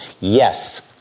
yes